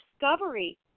discovery